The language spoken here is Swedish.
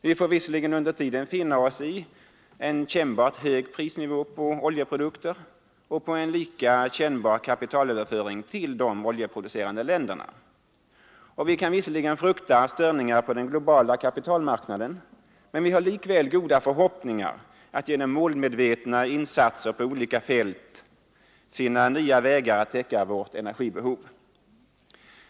Vi får visserligen under tiden finna oss i en kännbart hög prisnivå på oljeprodukter och i en lika kännbar kapitalöverföring till de oljeproducerande länderna, vi kan visserligen frukta störningar på den lokala kapitalmarknaden, men vi har likväl goda förhoppningar att genom målmedvetna insatser på olika fält finna nya vägar att täcka vårt energibehov.